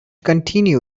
continued